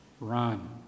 run